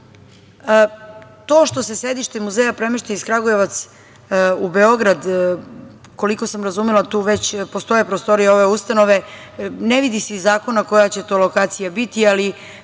To što se sedište muzeja premešta iz Kragujevca u Beograd, koliko sam razumela, tu već postoje prostorije ove ustanove, ne vidi se iz zakona koja će to lokacija biti, ali